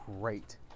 great